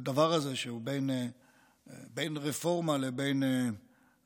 הדבר הזה שהוא בין רפורמה לבין התרסה,